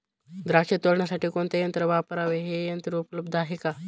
द्राक्ष तोडण्यासाठी कोणते यंत्र वापरावे? हे यंत्र उपलब्ध आहे का?